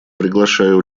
приглашаю